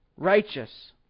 Righteous